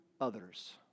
others